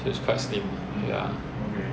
that's quite slim ya